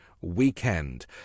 weekend